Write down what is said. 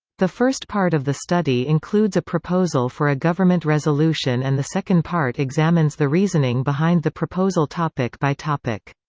the first part of the study includes a proposal for a government resolution and the second part examines the reasoning behind the proposal topic by topic.